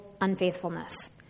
unfaithfulness